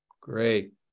Great